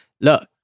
look